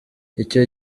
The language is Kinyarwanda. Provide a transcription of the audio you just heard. icyo